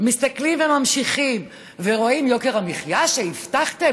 מסתכלים וממשיכים ורואים את יוקר המחיה שהבטחתם,